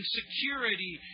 security